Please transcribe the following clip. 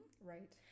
right